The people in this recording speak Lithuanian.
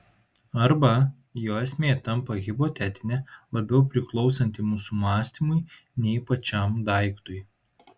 arba jo esmė tampa hipotetinė labiau priklausanti mūsų mąstymui nei pačiam daiktui